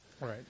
Right